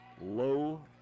Low